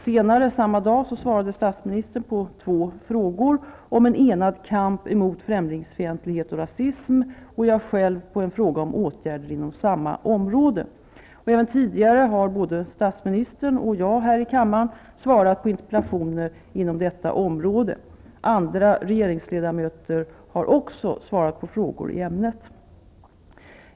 Senare samma dag svarade statsministern på två frågor om en enad kamp mot främlingsfientlighet och rasism och jag själv på en fråga om åtgärder inom samma område. Även tidigare har både statsministern och jag här i kammaren svarat på interpellationer inom detta område. Andra regeringsledamöter har också svarat på frågor i ämnet.